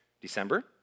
December